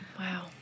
Wow